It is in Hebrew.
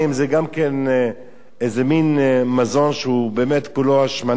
זה גם כן איזה מין מזון שכולו השמנה,